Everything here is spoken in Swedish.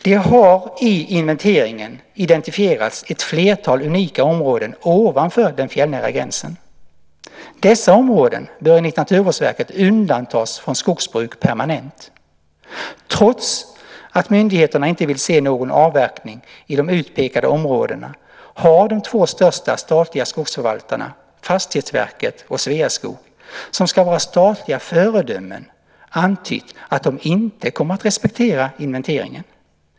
Det har i inventeringen identifierats ett flertal unika områden ovanför den fjällnära gränsen. Dessa områden bör enligt Naturvårdsverket undantas från skogsbruk permanent. Trots att myndigheterna inte vill se någon avverkning i de utpekade områdena har de två största statliga skogsförvaltarna, Fastighetsverket och Sveaskog, som ska vara statliga föredömen, antytt att de inte kommer att respektera inventeringen.